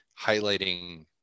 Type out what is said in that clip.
highlighting